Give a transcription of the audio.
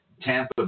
Tampa